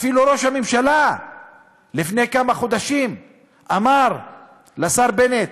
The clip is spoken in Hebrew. אפילו ראש הממשלה אמר לפני כמה חודשים לשר בנט: